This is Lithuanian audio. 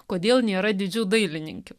kodėl nėra didžių dailininkių